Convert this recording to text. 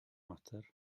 mater